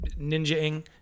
ninja-ing